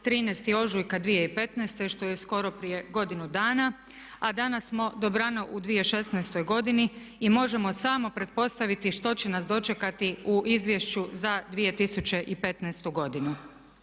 13. ožujka 2015., što je skoro prije godinu dana a danas smo dobrano u 2016. godini i možemo samo pretpostaviti što će nas dočekati u Izvješću za 2015. godinu.